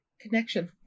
connection